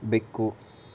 ಬೆಕ್ಕು